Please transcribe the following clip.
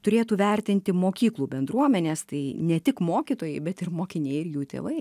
turėtų vertinti mokyklų bendruomenės tai ne tik mokytojai bet ir mokiniai ir jų tėvai